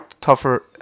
Tougher